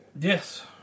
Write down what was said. Yes